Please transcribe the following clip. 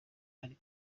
ari